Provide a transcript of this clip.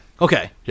Okay